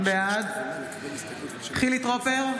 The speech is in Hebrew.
בעד חילי טרופר,